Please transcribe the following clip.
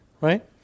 right